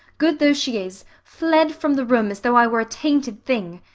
good though she is, fled from the room as though i were a tainted thing.